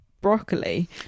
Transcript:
broccoli